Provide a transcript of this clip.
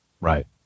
Right